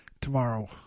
tomorrow